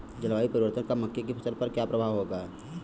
जलवायु परिवर्तन का मक्के की फसल पर क्या प्रभाव होगा?